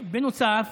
בנוסף,